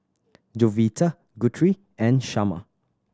Jovita Guthrie and Shamar